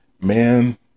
Man